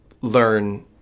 learn